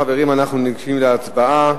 חברים, אנחנו ניגשים להצבעה.